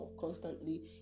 Constantly